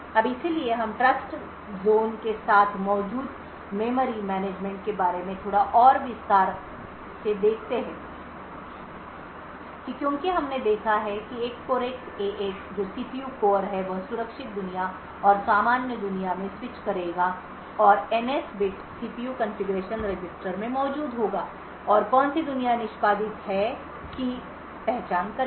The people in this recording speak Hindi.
अब इसलिए हम ट्रस्टज़ोन के साथ मौजूद मेमोरी मैनेजमेंट के बारे में थोड़ा और विस्तार से देखते हैं क्योंकि हमने देखा है कि एक कोरेक्स ए 8 जो सीपीयू कोर है वह सुरक्षित दुनिया और सामान्य दुनिया में स्विच करेगा और NS bit CPU configuration register में मौजूद होगा और कौन सी दुनिया निष्पादित है की पहचान करेगा